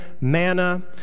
Manna